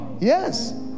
Yes